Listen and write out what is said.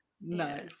Nice